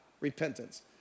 repentance